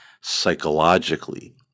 psychologically